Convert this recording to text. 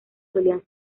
solían